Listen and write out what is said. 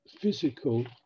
physical